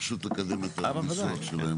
פשוט לקדם את הנושא.